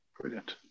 Brilliant